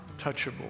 touchable